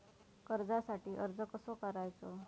कर्जासाठी अर्ज कसो करायचो?